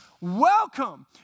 welcome